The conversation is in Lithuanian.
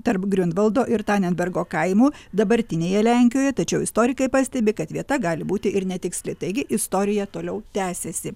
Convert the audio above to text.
tarp griunvaldo ir tanenbergo kaimų dabartinėje lenkijoje tačiau istorikai pastebi kad vieta gali būti ir netiksli taigi istorija toliau tęsiasi